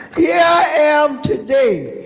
yeah am today,